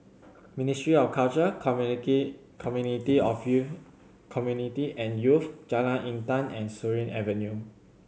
Ministry of Culture Community of Youth Community and Youth Jalan Intan and Surin Avenue